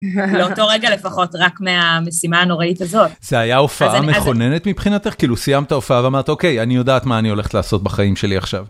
לאותו רגע לפחות רק מהמשימה הנוראית הזאת זה היה הופעה מכוננת מבחינתך כאילו סיימת הופעה ואמרת אוקיי אני יודעת מה אני הולכת לעשות בחיים שלי עכשיו.